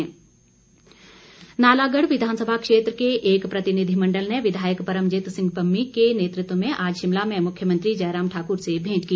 आभार नालागढ़ विधानसभा क्षेत्र के एक प्रतिनिधि मण्डल ने विधायक परमजीत सिंह पम्मी के नेतृत्व में आज शिमला में मुख्यमंत्री जयराम ठाकुर से भेंट की